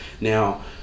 Now